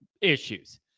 issues